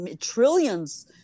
trillions